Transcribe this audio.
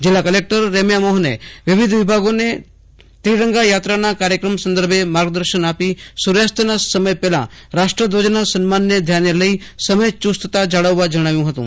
જિલ્લા કલેકટર રેમ્યા મોહને વિવિધ વિભાગો ને ત્રિરંગાયાત્રાના કાર્યક્રમ સંદર્ભે માર્ગદર્શન આપી સ્ર્યાસ્તના સમય પહેલા રાષ્ટ્રધ્વજના સન્માનને ધ્યાને લઇ સમય ચૂસ્તતા જાળવવા જણાવ્યું હતું